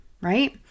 right